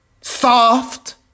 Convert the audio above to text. Soft